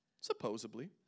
Supposedly